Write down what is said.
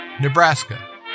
Nebraska